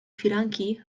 firanki